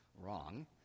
wrong